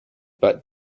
but